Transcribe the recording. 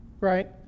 right